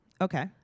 Okay